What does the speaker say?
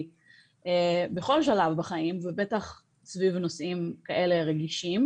בכל שלב בחיים ובטח סביב נושאים כאלה רגישים.